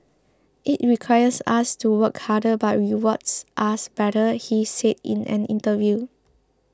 it requires us to work harder but rewards us better he said in an interview